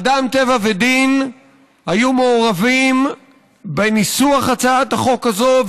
אדם טבע ודין היו מעורבים בניסוח הצעת החוק הזאת,